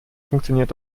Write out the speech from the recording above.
funktioniert